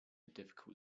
difficult